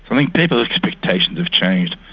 i think people's expectations have changed.